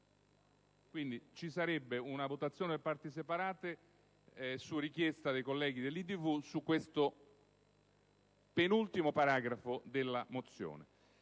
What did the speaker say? Quindi, ci sarebbe una votazione per parti separate su richiesta dei colleghi dell'IdV su questo penultimo capoverso della mozione.